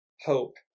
hope